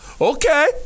Okay